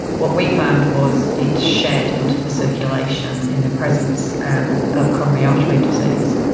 what we found was it's shed into the circulation in the presence and of coronary artery disease.